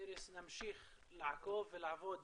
איריס, נמשיך לעקוב ולעבוד